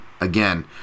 again